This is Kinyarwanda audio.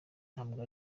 ntabwo